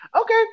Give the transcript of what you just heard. okay